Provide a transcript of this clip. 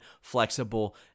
flexible